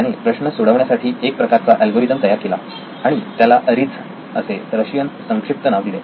त्याने प्रश्न सोडवण्यासाठी एक प्रकारचा अल्गोरिदम तयार केला आणि त्याला अरीझ असे रशियन संक्षिप्त नाव दिले